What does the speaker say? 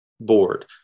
board